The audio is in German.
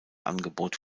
angebot